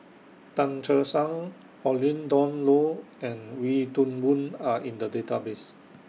Tan Che Sang Pauline Dawn Loh and Wee Toon Boon Are in The Database